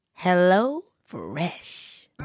HelloFresh